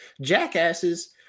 jackasses